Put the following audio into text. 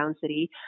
city